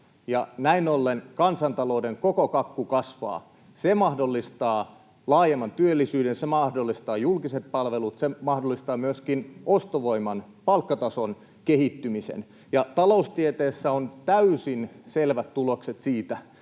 näin ollen kansantalouden koko kakku kasvaa. Se mahdollistaa laajemman työllisyyden, se mahdollistaa julkiset palvelut, se mahdollistaa myöskin ostovoiman, palkkatason kehittymisen. Taloustieteessä on täysin selvät tulokset siitä,